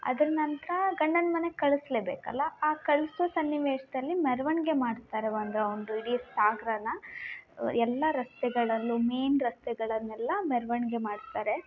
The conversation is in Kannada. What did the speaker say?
ಅದ್ರ ನಂತರ ಗಂಡನ ಮನೆಗೆ ಕಳಿಸ್ಲೇ ಬೇಕಲ್ಲಾ ಆ ಕಳಿಸೋ ಸನ್ನಿವೇಶದಲ್ಲಿ ಮೆರವಣಿಗೆ ಮಾಡ್ತಾರೆ ಒಂದು ಒಂದು ಇಡೀ ಸಾಗರಾನ ಎಲ್ಲ ರಸ್ತೆಗಳಲ್ಲೂ ಮೇಯ್ನ್ ರಸ್ತೆಗಳನ್ನೆಲ್ಲಾ ಮೆರವಣಿಗೆ ಮಾಡ್ತಾರೆ